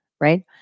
right